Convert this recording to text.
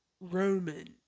Roman